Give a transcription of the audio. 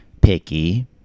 picky